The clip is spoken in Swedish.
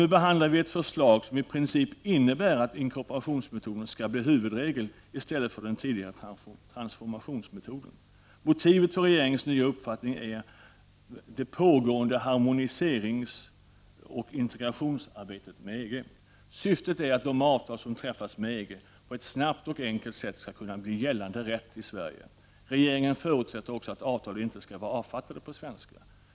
Nu behandlar vi ett förslag som i princip innebär att inkorporationsmetoden skall bli huvudregel i stället för den tidigare transformationsmetoden. Motivet för regeringens nya uppfattning är det pågående harmoniseringsoch integrationsarbetet med EG. Syftet är att de avtal som träffas med EG på ett snabbt och enkelt sätt skall kunna bli gällande rätt i Sverige. Regeringen förutsätter också att avtal inte skall vara avfattade på svenska.